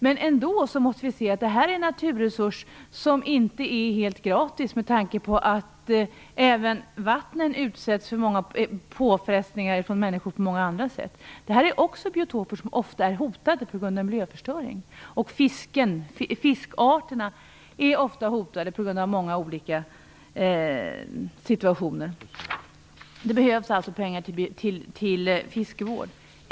Vi måste ändå se att fisket är en naturresurs som inte är helt gratis, med tanke på att även vattnen utsätts för påfrestningar från människor på många andra sätt. Dessa biotoper är också ofta hotade på grund av miljöförstöring. Även fiskarterna är ofta hotade på många olika sätt. Det behövs alltså pengar till fiskevård.